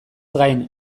gain